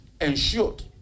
ensured